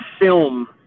film